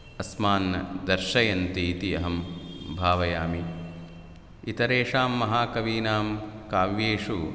अस्मान् दर्शयन्ति इति अहं भावयामि इतरेषां महाकवीनां काव्येषु